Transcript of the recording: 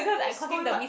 scold you what